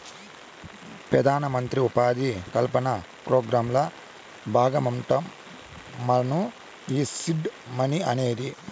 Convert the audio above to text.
పెదానమంత్రి ఉపాధి కల్పన పోగ్రాంల బాగమంటమ్మను ఈ సీడ్ మనీ అనేది